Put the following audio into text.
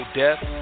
death